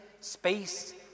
space